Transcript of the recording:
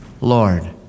Lord